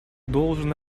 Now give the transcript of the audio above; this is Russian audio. должен